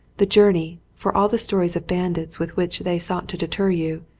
the journey, for all the stories of bandits with which they sought to deter you,